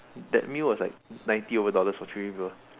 that meal was like ninety over dollars for three people